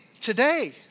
today